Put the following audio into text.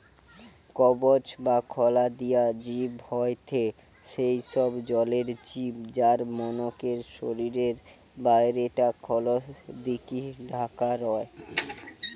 কবচ বা খলা দিয়া জিব হয়থে সেই সব জলের জিব যার মনকের শরীরের বাইরে টা খলস দিকি ঢাকা রয়